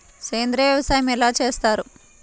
సేంద్రీయ వ్యవసాయం ఎలా చేస్తారు?